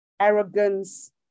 arrogance